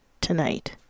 tonight